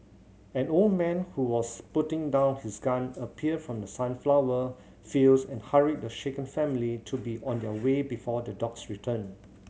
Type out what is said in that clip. an old man who was putting down his gun appeared from the sunflower fields and hurried the shaken family to be on their way before the dogs return